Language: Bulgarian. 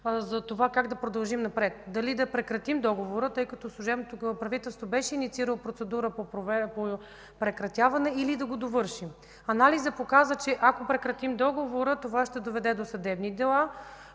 за това как да продължим напред – дали да прекратим договора, тъй като служебното правителство беше инициирало процедура по прекратяване, или да го довършим. Анализът показа, че ако прекратим договора, това ще доведе до съдебни дела,